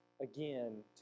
again